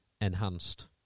enhanced